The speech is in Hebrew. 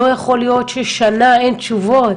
לא יכול להיות ששנה אין תשובות.